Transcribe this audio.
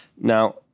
Now